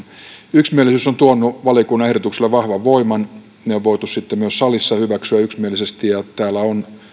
yksimielisyys on tuonut valiokunnan ehdotuksille vahvan voiman ne on voitu sitten myös salissa hyväksyä yksimielisesti täällä on